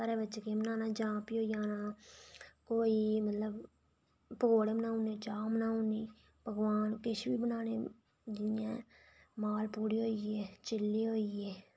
घरै बिच केह् बनाना उ'नें जां बी होई जाना पकौड़े बनाई ओड़ने चाह् बनाई ओड़नी पकवान किश बी बनाने जियां मालपूड़े होई गे चिल्लै होई गे'